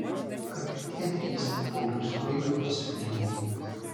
kad ir tie trys pauliaus skruibio pasiūlymai